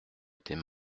était